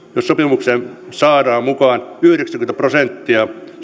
jos sopimukseen saadaan mukaan yhdeksänkymmentä prosenttia